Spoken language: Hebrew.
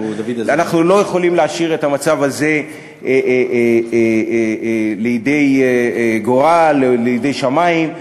ואנחנו לא יכולים להשאיר את המצב הזה לידי גורל או לידי שמים.